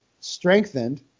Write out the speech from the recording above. strengthened